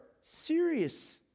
serious